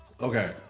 Okay